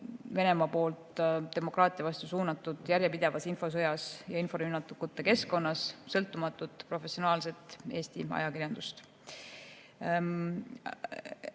[arendatavas] demokraatia vastu suunatud järjepidevas infosõjas ja inforünnakute keskkonnas sõltumatut professionaalset Eesti ajakirjandust.